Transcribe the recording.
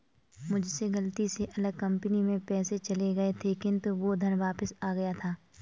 मुझसे गलती से अलग कंपनी में पैसे चले गए थे किन्तु वो धन वापिस आ गया था